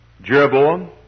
Jeroboam